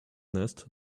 nest